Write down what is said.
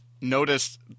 noticed